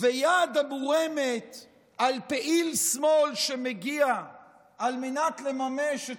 ויד המורמת על פעיל שמאל שמגיע על מנת לממש את